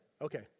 Okay